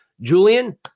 Julian